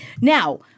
Now